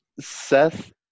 seth